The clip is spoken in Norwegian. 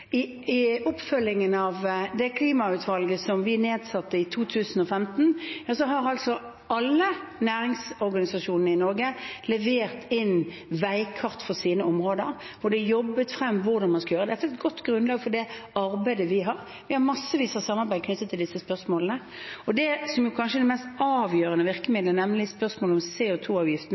I oppfølgingen av klimautvalget som vi nedsatte i 2015, har alle næringsorganisasjonene i Norge levert inn veikart for sine områder, og det er jobbet frem hvordan man skal gjøre det. Dette er et godt grunnlag for det arbeidet vi har. Vi har massevis av samarbeid knyttet til disse spørsmålene. Det som kanskje er det mest avgjørende virkemiddelet, nemlig spørsmålet om